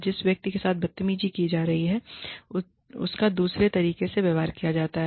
जिस व्यक्ति के साथ बदतमीजी की जा रही है उसका दूसरे तरीके से व्यवहार किया जाता है